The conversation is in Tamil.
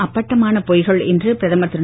அப்பட்டமான பொய்கள் என்று பிரதமர் திரு